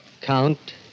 Count